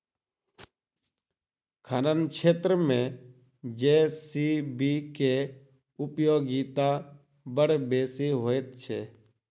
खनन क्षेत्र मे जे.सी.बी के उपयोगिता बड़ बेसी होइत छै